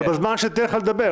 אבל בזמן שאני אתן לך לדבר.